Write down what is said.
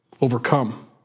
overcome